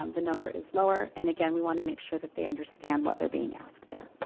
um the number is lower, and again, we want to make sure that they understand what they're being asked there.